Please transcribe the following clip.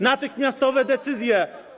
Natychmiastowe decyzje.